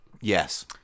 Yes